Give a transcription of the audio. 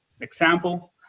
Example